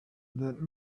that